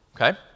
okay